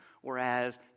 Whereas